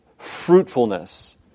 Fruitfulness